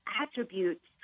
attributes